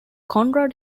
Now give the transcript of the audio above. conrad